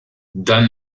dann